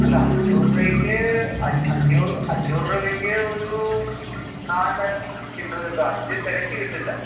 അല്ല അഞ്ഞൂറ് രൂപയ്ക്ക് അഞ്ഞൂറ് അഞ്ഞൂറ് രൂപയ്ക്ക് ഒരു നാലര ചില്ലറ കിട്ടും അഞ്ച് തികച്ചു കിട്ടില്ല